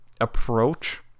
approach